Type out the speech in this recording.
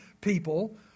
people